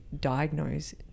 diagnose